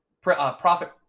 profit